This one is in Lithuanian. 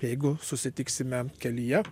jeigu susitiksime kelyje